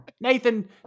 Nathan